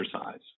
exercise